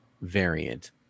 variant